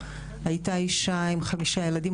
הייתה אישה עם חמישה ילדים,